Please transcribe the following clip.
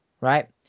Right